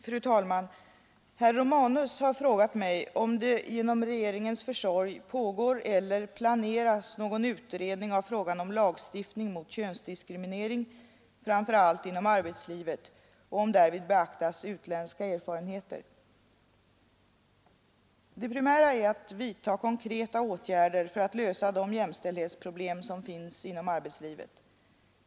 Fru talman! Herr Romanus har frågat mig om det genom regeringens Nr 157 försorg pågår eller planeras någon utredning av frågan om lagstiftning Torsdagen den mot könsdiskriminering, framför allt inom arbetslivet, och om därvid 13 december 1973 beaktas utländska erfarenheter. Det primära är att vidta konkreta åtgärder för att lösa de jämställdhetsproblem som finns inom arbetslivet.